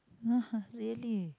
really